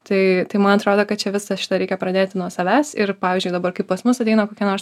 tai tai man atrodo kad čia visą šitą reikia pradėti nuo savęs ir pavyzdžiui dabar kai pas mus ateina kokie nors